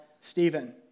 Stephen